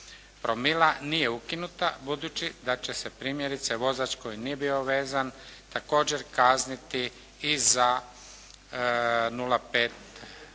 promila nije ukinuta budući da će se primjerice vozač koji nije bio vezan također kazniti i za 0,5